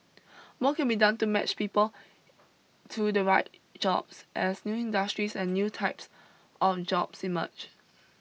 more can be done to match people to the right jobs as new industries and new types of jobs emerge